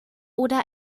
oder